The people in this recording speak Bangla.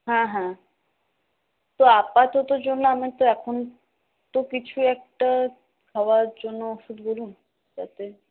হ্যাঁ হ্যাঁ তো আপাততর জন্য আমি তো এখন তো কিছু একটা খাওয়ার জন্য ওষুধ বলুন যাতে